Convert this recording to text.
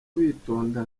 bitonda